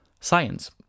Science